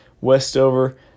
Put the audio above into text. Westover